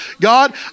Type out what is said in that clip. God